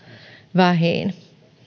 vähiin